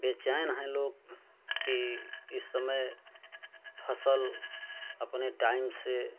बेचैन हैं लोग की इस समय फ़स्ल अपने टाइम से